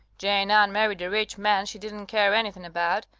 jane ann married a rich man she didn't care anything about,